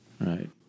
Right